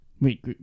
Wait